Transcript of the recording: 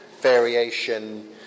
variation